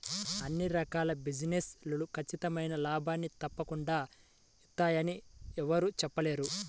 అన్ని రకాల బిజినెస్ లు ఖచ్చితమైన లాభాల్ని తప్పకుండా ఇత్తయ్యని యెవ్వరూ చెప్పలేరు